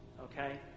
Okay